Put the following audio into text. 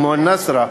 כמו "נוסרה"